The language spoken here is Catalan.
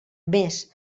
més